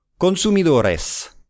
Consumidores